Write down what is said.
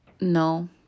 No